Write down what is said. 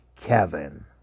Kevin